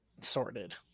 sorted